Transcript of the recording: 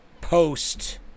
post